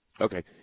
Okay